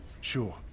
Sure